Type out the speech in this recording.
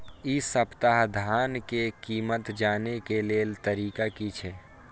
इ सप्ताह धान के कीमत जाने के लेल तरीका की छे?